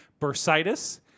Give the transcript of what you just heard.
bursitis